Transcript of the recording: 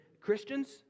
Christians